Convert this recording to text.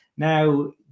Now